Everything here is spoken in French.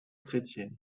chrétienne